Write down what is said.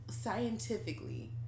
scientifically